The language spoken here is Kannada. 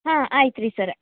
ಹಾಂ ಆಯ್ತು ರೀ ಸರ